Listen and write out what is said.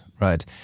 right